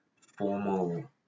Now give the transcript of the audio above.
formal